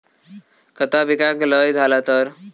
खता पिकाक लय झाला तर?